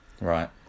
Right